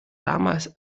damals